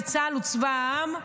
וצה"ל הוא צבא העם,